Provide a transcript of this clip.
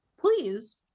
please